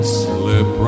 slip